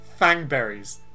fangberries